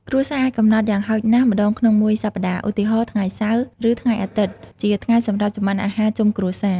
គ្រួសារអាចកំណត់យ៉ាងហោចណាស់ ម្ដងក្នុងមួយសប្ដាហ៍ ឧទាហរណ៍ ថ្ងៃសៅរ៍ ឬថ្ងៃអាទិត្យជាថ្ងៃសម្រាប់ចម្អិនអាហារជុំគ្រួសារ ។